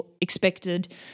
expected